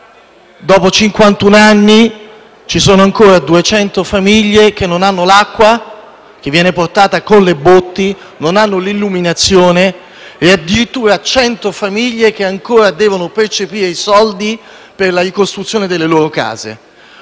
anni ci sono ancora 200 famiglie che non hanno l'acqua, che viene portata loro con le botti, non hanno l'illuminazione e addirittura vi sono cento famiglie che ancora devono percepire i soldi per la ricostruzione delle loro case.